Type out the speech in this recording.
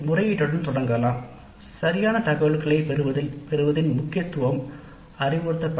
முதலில் சரியான பதில்களை கொடுப்பதின் அவசியம் மாணவர்களுக்கு அறிவுறுத்தப்படுகிறது